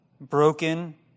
broken